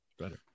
Better